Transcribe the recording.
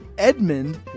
edmund